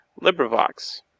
LibriVox